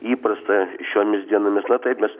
įprasta šiomis dienomis na taip mes